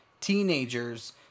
teenagers